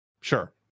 sure